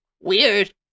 Weird